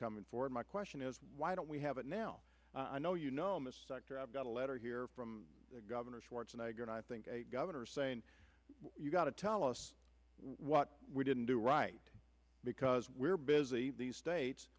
coming forward my question is why don't we have it now i know you know miss i've got a letter here from governor schwarzenegger and i think governor saying you got to tell us what we didn't do right because we're busy these states